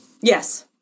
Yes